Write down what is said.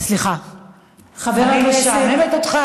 אני משעממת אותך?